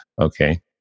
Okay